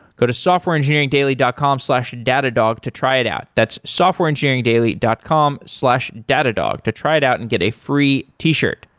go to softwareengineeringdaily dot com slash datadog to try it out. that's softwareengineeringdaily dot com slash datadog to try it out and get a free t-shift.